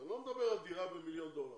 ואני לא מדבר על דירה במיליון דולר.